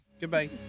Goodbye